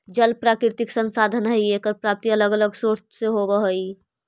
जल प्राकृतिक संसाधन हई एकर प्राप्ति अलग अलग स्रोत से होवऽ हई